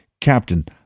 Captain